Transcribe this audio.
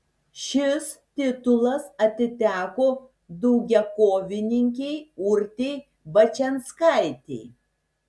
šis titulas atiteko daugiakovininkei urtei bačianskaitei